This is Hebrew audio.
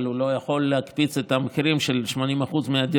אבל הוא לא יכול להקפיץ את המחירים של 80% מהדירות,